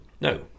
No